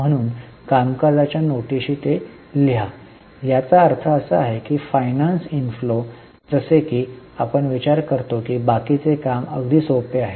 म्हणून कामकाजाच्या नोटिशी ते लिहा याचा अर्थ असा की फायनान्स इनफ्लो जसे की आपण विचार करतो की बाकीचे काम अगदी सोपे आहे